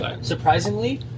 surprisingly